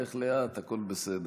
לך לאט, הכול בסדר.